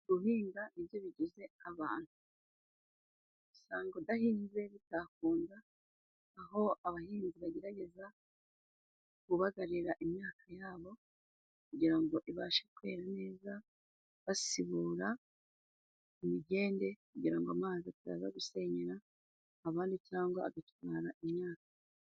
Guhinga nibyo bigize abantu， usanga udahinze bitakunda， aho abahinzi bagerageza kubagarira imyaka yabo， kugira ngo ibashe kwera neza， basibura imigende kugira ngo amazi ataza gusenyera abandi cyangwa agatwara imyaka.